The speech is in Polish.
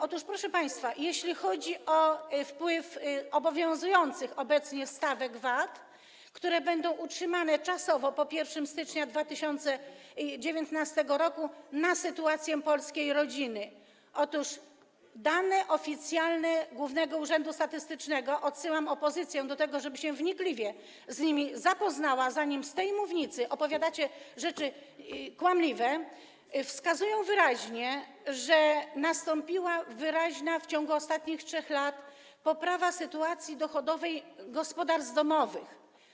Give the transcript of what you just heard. Otóż, proszę państwa, jeśli chodzi o wpływ obowiązujących obecnie stawek VAT, które będą utrzymane czasowo po 1 stycznia 2019 r., na sytuację polskiej rodziny, to oficjalne dane Głównego Urzędu Statystycznego - odsyłam opozycję do tego, żeby się wnikliwie z nimi zapoznała, zanim z tej mównicy będzie opowiadała rzeczy kłamliwe - wskazują jasno, że nastąpiła wyraźna w ciągu ostatnich 3 lat poprawa sytuacji dochodowej gospodarstw domowych.